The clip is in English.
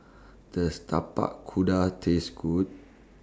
Does Tapak Kuda Taste Good